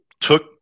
took